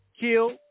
kill